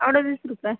अडोतीस रुपये